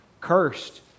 cursed